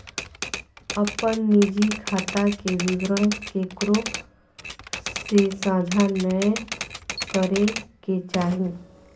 अपन निजी खाता के विवरण केकरो से साझा नय करे के चाही